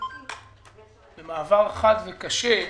במעבר חד וקשה,